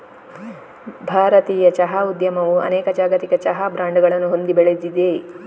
ಭಾರತೀಯ ಚಹಾ ಉದ್ಯಮವು ಅನೇಕ ಜಾಗತಿಕ ಚಹಾ ಬ್ರಾಂಡುಗಳನ್ನು ಹೊಂದಿ ಬೆಳೆದಿದೆ